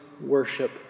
worship